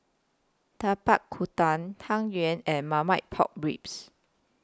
Tapak Kuda Tang Yuen and Marmite Pork Ribs